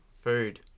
Food